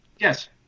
yes